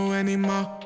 anymore